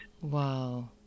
wow